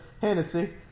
Hennessy